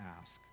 ask